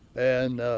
and